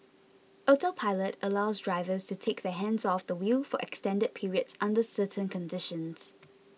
autopilot allows drivers to take their hands off the wheel for extended periods under certain conditions